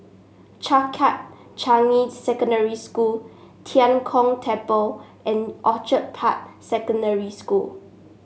Changkat Changi Secondary School Tian Kong Temple and Orchid Park Secondary School